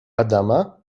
adama